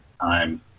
time